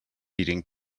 eating